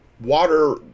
water